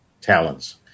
talents